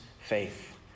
faith